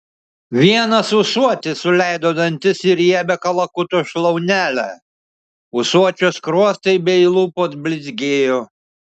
vienas ūsuotis suleido dantis į riebią kalakuto šlaunelę ūsuočio skruostai bei lūpos blizgėjo